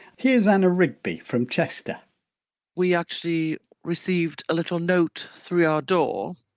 here's anna rigby from chester we actually received a little note through our door.